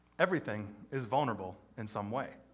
everything is vulnerable in some way.